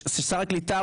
ששר הקליטה,